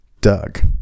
Doug